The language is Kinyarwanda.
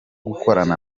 gukorana